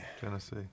Tennessee